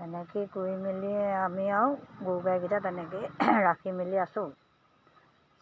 তেনেকেই কৰি মেলি আমি আও গৰু গাইকিটা তেনেকেই ৰাখি মেলি আছো